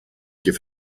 give